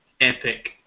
epic